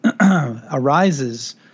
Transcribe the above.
arises